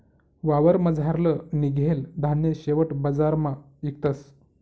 वावरमझारलं निंघेल धान्य शेवट बजारमा इकतस